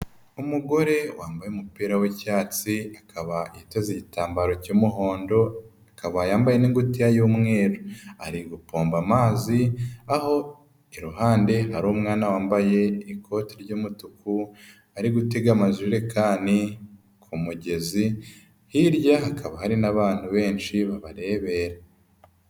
Umugore wambaye umupira w'icyatsi, akaba yiteze igitambaro cy'umuhondo, akaba yambaye n'ingutiya y'umweru. Ari gupomba amazi, aho iruhande hari umwana wambaye ikoti ry'umutuku, ari gutega amajerekani ku mugezi, hirya hakaba hari n'abantu benshi babarebera.